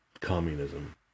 communism